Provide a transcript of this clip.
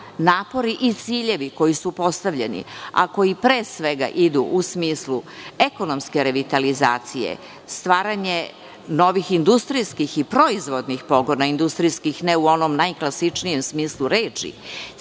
napori i ciljevi koji su postavljeni, a koji pre svega idu u smislu ekonomske revitalizacije, stvaranja novih industrijskih i proizvodnih pogona, industrijskih ne u onom najklasičnijem smislu reči,